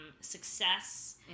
success